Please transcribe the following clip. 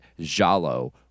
Jalo